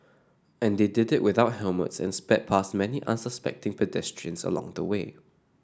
and they did it without helmets and sped past many unsuspecting pedestrians along the way